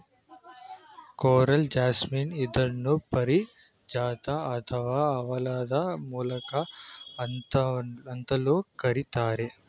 coral jasmine ಇದನ್ನು ಪಾರಿಜಾತ ಅಥವಾ ಹವಳದ ಮಲ್ಲಿಗೆ ಅಂತಲೂ ಕರಿತಾರೆ